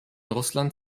russland